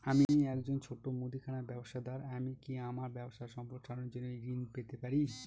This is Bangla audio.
আমি একজন ছোট মুদিখানা ব্যবসাদার আমি কি আমার ব্যবসা সম্প্রসারণের জন্য ঋণ পেতে পারি?